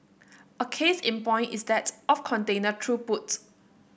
a case in point is that of container throughput